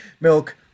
Milk